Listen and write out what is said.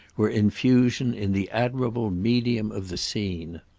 were in fusion in the admirable medium of the scene.